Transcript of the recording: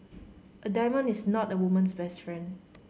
a diamond is not a woman's best friend